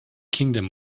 kingdom